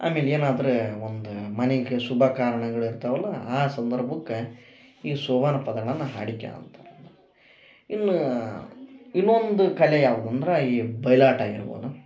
ಆಮೇಲೆ ಏನಾದರ ಒಂದು ಮನಿಗೆ ಶುಭ ಕಾರಣಗಳು ಇರ್ತವಲ್ಲಾ ಆ ಸಂದರ್ಭಕ್ಕ ಈ ಸೋಬಾನ ಪದಗಳನ್ನ ಹಾಡಿಕ್ಯಾಳ್ತರ ಇನ್ನು ಇನ್ನೊಂದು ಕಲೆ ಯಾವ್ದಂದರ ಈ ಬಯಲಾಟ ಇರ್ಬೋದ